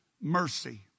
mercy